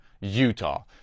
Utah